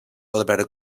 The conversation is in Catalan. albert